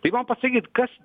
tai man pasakykit kas